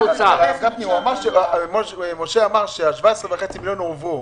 גפני, משה אמר שה-17.5 מיליון הועברו.